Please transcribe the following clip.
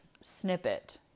snippet